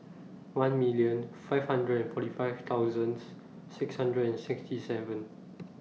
one million five hundred and forty five thousands six hundred and sixty seven